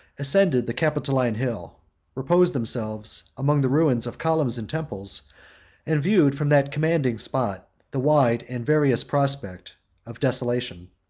ascended the capitoline hill reposed themselves among the ruins of columns and temples and viewed from that commanding spot the wide and various prospect of desolation.